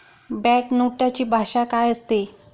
Bank नोटेची भाषा काय असते?